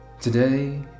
Today